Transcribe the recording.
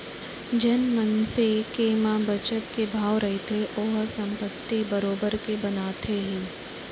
जेन मनसे के म बचत के भाव रहिथे ओहा संपत्ति बरोबर के बनाथे ही